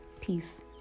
Peace